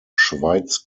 schweiz